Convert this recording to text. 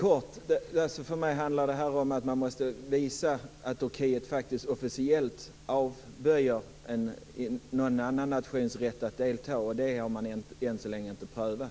Fru talman! För mig handlar detta om att man måste visa att Turkiet faktiskt officiellt avböjer någon annan nations rätt att delta, och det har man än så länge inte prövat.